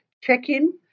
check-in